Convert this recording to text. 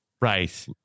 Right